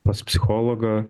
pas psichologą